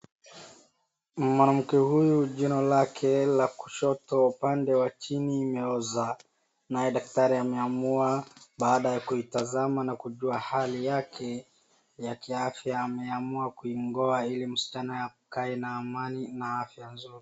Mwanamke huyu jino lake la kushoto upande wa chini imeoza, naye daktari ameamua baada ya kuitazama na kujua hali yake ya kiafya, ameamua kuing'oa ili msichana akae na amani na afya nzuri.